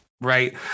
right